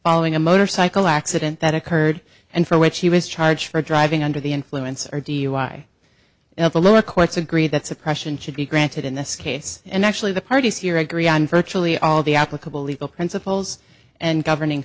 following a motorcycle accident that occurred and for which he was charged for driving under the influence or dui now the lower courts agree that suppression should be granted in this case and actually the parties here agree on virtually all the applicable legal principles and governing